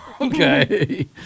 Okay